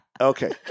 Okay